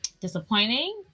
disappointing